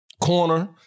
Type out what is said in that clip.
corner